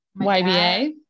YBA